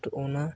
ᱚᱱᱟ